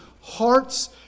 hearts